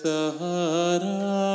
Sahara